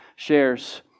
shares